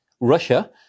Russia